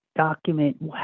Document